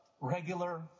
regular